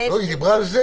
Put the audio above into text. לא, היא דיברה על זה.